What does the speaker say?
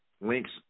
links